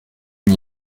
n’y